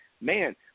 man